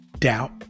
Doubt